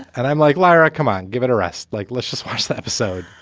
and i'm like, lyra, come on, give it a rest. like, let's just watch the episode.